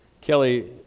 Kelly